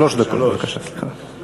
שלוש דקות, בבקשה, סליחה.